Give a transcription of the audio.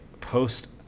post